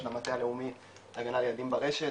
של המטה הלאומי להגנה על ילדים ברשת,